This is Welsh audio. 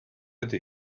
ydy